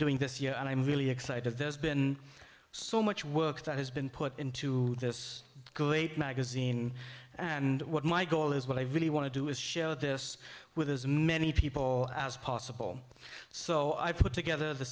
doing this year and i'm really excited there's been so much work that has been put into this great magazine and what my goal is what i really want to do is share this with as many people as possible so i put together the